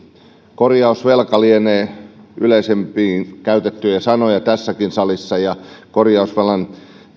korjausvelka lienee yleisimmin käytettyjä sanoja tässäkin salissa ja korjausvelan